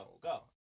go